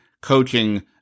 coaching